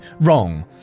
wrong